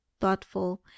thoughtful